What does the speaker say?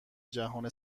جهان